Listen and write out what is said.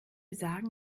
sagen